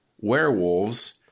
Werewolves